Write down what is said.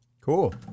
Cool